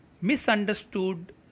misunderstood